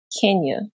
Kenya